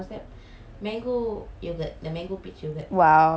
!wow! I love mango pudding though